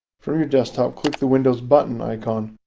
from your desktop, click the windows button icon.